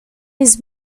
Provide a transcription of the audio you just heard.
his